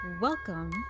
Welcome